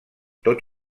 tot